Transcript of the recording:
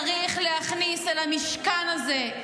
צריך להכניס אל המשכן הזה,